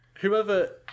whoever